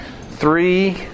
three